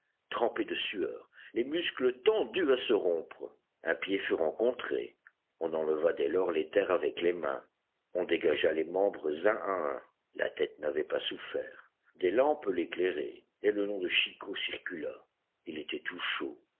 trempés de sueur les muscles tendus à se rompre un pied fut rencontré on enleva dès lors les terres avec les mains on dégagea les membres un à un la tête n'avait pas souffert des lampes l'éclairaient et le nom de chicot circula il était tout chaud